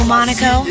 Monaco